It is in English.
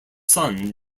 son